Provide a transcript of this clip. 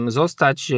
zostać